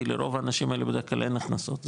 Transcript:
כי לרוב האנשים האלה בדרך כלל אין הכנסות,